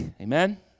amen